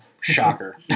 Shocker